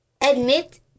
admit